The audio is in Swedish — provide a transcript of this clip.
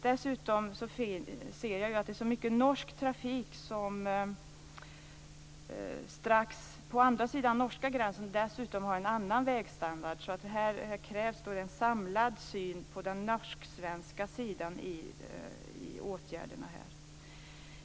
Dessutom ser jag att det är mycket norsk trafik som på den andra sidan av den norska gränsen även har en annan vägstandard. Här krävs alltså en samlad syn på den norsk-svenska sidan när det gäller åtgärder.